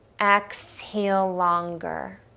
exhale longer.